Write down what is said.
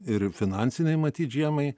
ir finansinei matyt žiemai